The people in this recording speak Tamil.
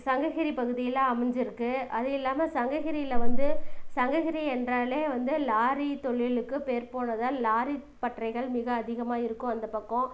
சங்ககிரி பகுதியில் அமைஞ்சிருக்கு அதுவும் இல்லாம சங்ககிரியில வந்து சங்ககிரி என்றாலே வந்து லாரி தொழிலுக்கு பேர் போனதால் லாரி பட்டறைகள் மிக அதிகமாக இருக்கும் அந்த பக்கம்